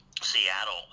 Seattle